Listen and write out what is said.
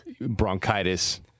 bronchitis